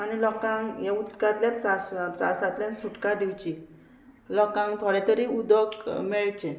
आनी लोकांक हे उदकांतल्या त्रासांतल्यान सुटका दिवची लोकांक थोडें तरी उदक मेळचें